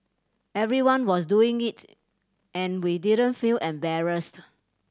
everyone was doing it and we didn't feel embarrassed